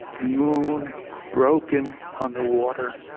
moon broken on the water